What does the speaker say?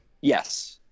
Yes